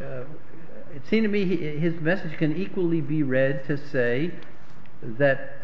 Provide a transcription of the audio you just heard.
it seemed to be his message can equally be read to say that